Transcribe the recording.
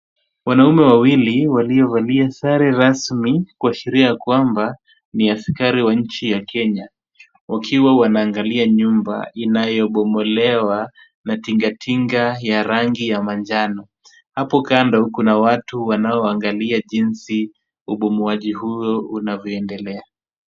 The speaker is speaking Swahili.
Wanaume wawili waliovalia sare rasmi, kuashiria kwamba ni askari wa nchi ya Kenya, wakiwa wanaangalia nyumba inayobomolewa na tingatinga ya rangi ya manjano. Hapo kando kuna watu wanaoangalia jinsi ubomoaji huo unavyoendelea.